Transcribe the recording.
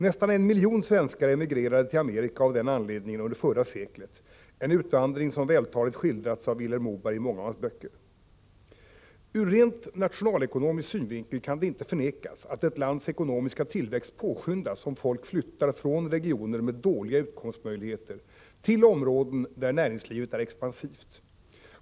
Nästan en miljon svenskar emigrerade till Amerika av den anledningen under förra seklet, en utvandring som vältaligt skildrats av Vilhelm Moberg i många av hans böcker. Ur rent nationalekonomisk synvinkel kan det inte förnekas att ett lands ekonomiska tillväxt påskyndas om folk flyttar från regioner med dåliga utkomstmöjligheter till områden där näringslivet är expansivt.